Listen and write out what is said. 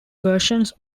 versions